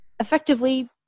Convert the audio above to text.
effectively